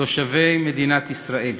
תושבי מדינת ישראל.